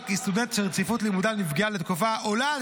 שסטודנט שרציפות לימודיו נפגעה על תקופה העולה על